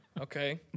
okay